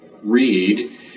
read